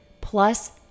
plus